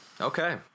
okay